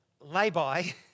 lay-by